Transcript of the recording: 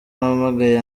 ampamagaye